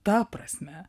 ta prasme